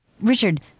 Richard